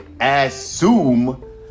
assume